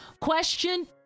Question